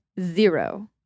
zero